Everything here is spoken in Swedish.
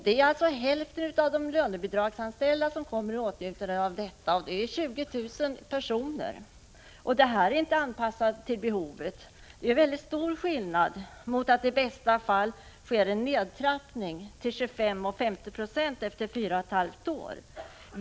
Det är hälften av de lönebidragsanställda som kommer i åtnjutande av detta —20 000 personer. Bidraget är inte anpassat till behoven. Det är mycket stor skillnad mellan att det i bästa fall sker en nedtrappning till 25 och 50 96 efter fyra och ett halvt år och dessa förhållanden.